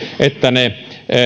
että